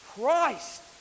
Christ